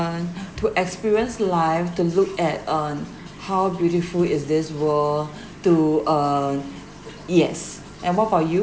and to experience life to look at uh how beautiful is this world to uh yes and what about you